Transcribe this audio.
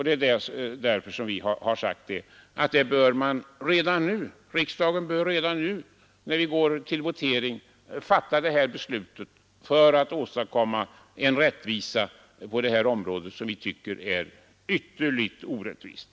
Det är därför som vi har sagt att riksdagen redan nu, när vi går till votering, bör fatta det här beslutet för att åstadkomma rättvisa på detta område, som vi tycker är ytterligt orättvist.